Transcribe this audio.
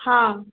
हां